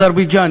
אזרבייג'ן,